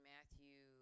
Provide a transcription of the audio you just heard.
Matthew